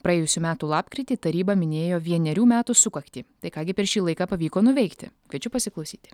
praėjusių metų lapkritį taryba minėjo vienerių metų sukaktį tai ką gi per šį laiką pavyko nuveikti kviečiu pasiklausyti